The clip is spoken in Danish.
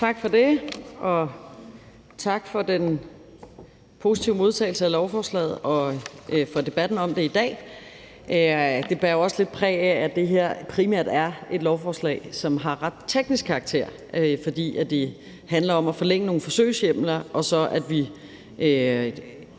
Tak for det, og tak for den positive modtagelse af lovforslaget og for debatten om det i dag. Det bærer også lidt præg af, at det her primært er et lovforslag, som er af ret teknisk karakter, for det handler om at forlænge nogle forsøgshjemler, så vi